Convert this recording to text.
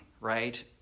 right